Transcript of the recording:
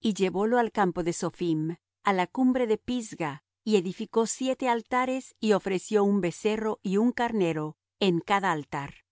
y llevólo al campo de sophim á la cumbre de pisga y edificó siete altares y ofreció un becerro y un carnero en cada altar